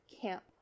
camp